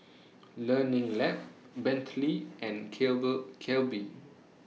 Learning Lab Bentley and Calbee